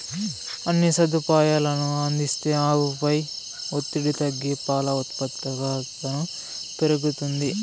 అన్ని సదుపాయాలనూ అందిస్తే ఆవుపై ఒత్తిడి తగ్గి పాల ఉత్పాదకతను పెరుగుతుంది